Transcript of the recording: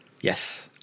Yes